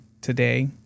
today